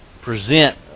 present